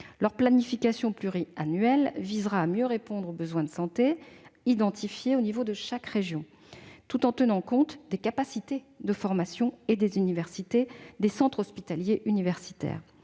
Leur planification pluriannuelle visera à mieux répondre aux besoins de santé identifiés à l'échelon de chaque région, tout en tenant compte des capacités de formation des universités et des centres hospitaliers universitaires.